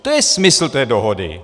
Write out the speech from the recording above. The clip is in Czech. To je smysl té dohody.